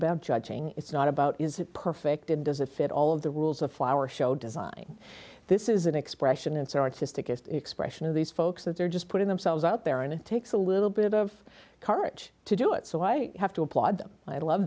about judging it's not about is it perfect and does it fit all of the rules of flower show design this is an expression in some artistic expression of these folks that they're just putting themselves out there and it takes a little bit of courage to do it so i have to applaud